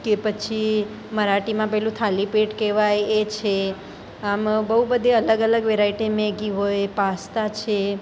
કે પછી મરાઠીમાં પેલું થાલીપેટ કહેવાય એ છે આમાં બહુ બધી અલગ અલગ વેરાઈટી મેગી હોય પાસ્તા છે